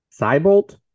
Cybolt